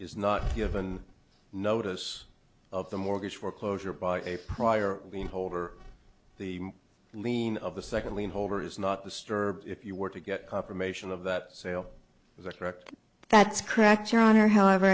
is not given notice of the mortgage foreclosure by a prior in holder the lien of the second lien holder is not the store if you were to get confirmation of that sale is that correct that's correct your honor however